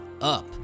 up